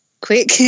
quick